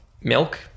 milk